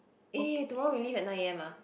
eh tomorrow we leave at nine a_m ah